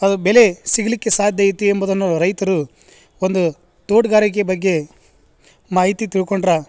ಅ ಬೆಲೆ ಸಿಗಲಿಕ್ಕೆ ಸಾಧ್ಯ ಐತಿ ಎಂಬುದನ್ನು ರೈತರು ಒಂದು ತೋಟಗಾರಿಕೆ ಬಗ್ಗೆ ಮಾಹಿತಿ ತಿಳ್ಕೊಂಡ್ರ